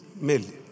million